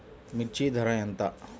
మిర్చి ధర ఎంత?